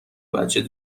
بچه